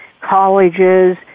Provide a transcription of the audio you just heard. colleges